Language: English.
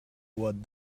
what